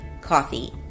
coffee